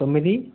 తొమ్మిది